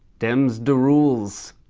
thems the rules.